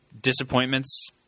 Disappointments